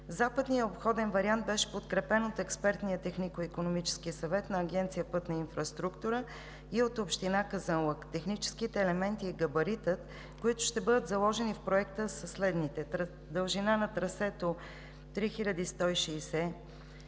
Западният обходен вариант беше подкрепен от Експертния технико-икономически съвет на Агенция „Пътна инфраструктура“ и от Община Казанлък. Техническите елементи и габаритът, които ще бъдат заложени в проекта, са следните: дължина на трасето – 3160 м,